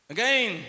Again